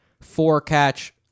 four-catch